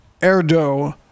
erdo